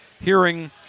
hearing